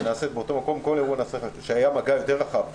שנעשית באותו מקום שהיה מגע רחב יותר,